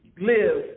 Live